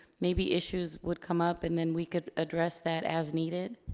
maybe issues would come up and then we could address that as needed?